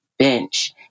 Bench